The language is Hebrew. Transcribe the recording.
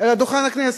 לדוכן הכנסת.